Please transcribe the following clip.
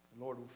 Lord